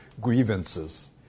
grievances